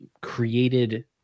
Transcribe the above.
created